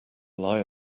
lie